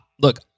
Look